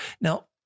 Now